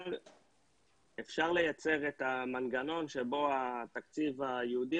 אפשר לייצר את המנגנון שבו התקציב הייעודי